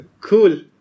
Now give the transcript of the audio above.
cool